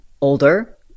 older